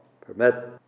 permit